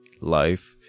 life